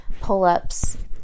pull-ups